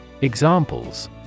Examples